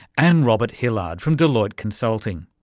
and robert hillard from delloite consulting.